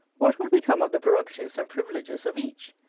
what would become of the prerogatives and privileges of each?